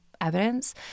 evidence